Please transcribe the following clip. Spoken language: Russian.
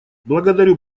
благодарю